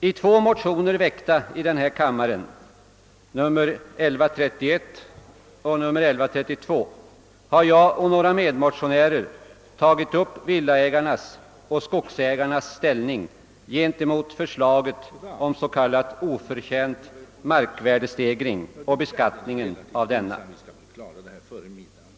I två motioner väckta i denna kammare, 1131 och 1132, har jag och några medmotionärer tagit upp villaägarnas och skogsägarnas ställning gentemot förslaget om s.k. oförtjänt markvärdestegring och beskattningen av denna.